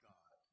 God